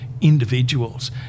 individuals